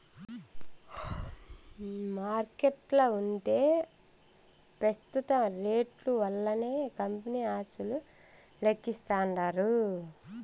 మార్కెట్ల ఉంటే పెస్తుత రేట్లు వల్లనే కంపెనీ ఆస్తులు లెక్కిస్తాండారు